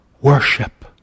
Worship